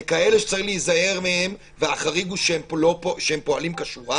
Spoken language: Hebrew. ככאלה שצריך להיזהר מהם והחריג הוא שהם פועלים כשורה,